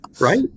Right